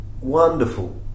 Wonderful